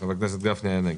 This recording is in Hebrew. חבר הכנסת גפני נמנע.